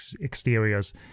exteriors